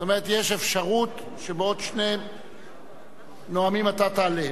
זאת אומרת, יש אפשרות שבעוד שני נואמים אתה תעלה.